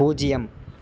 பூஜ்ஜியம்